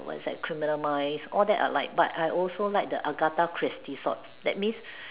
was I criminal minds all that I like but I also like the Agatha Christie sort that means